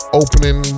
opening